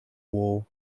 war